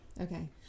Okay